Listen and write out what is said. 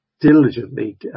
diligently